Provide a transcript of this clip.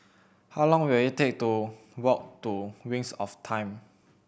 how long will it take to walk to Wings of Time